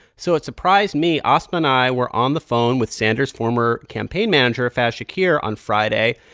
so it surprised me asma and i were on the phone with sanders former campaign manager faiz shakir on friday,